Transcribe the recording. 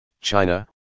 China